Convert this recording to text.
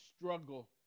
struggle